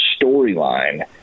storyline